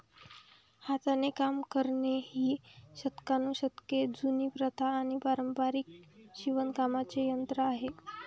हाताने गोळा करणे ही शतकानुशतके जुनी प्रथा आणि पारंपारिक शिवणकामाचे तंत्र आहे